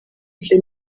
ibyo